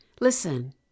Listen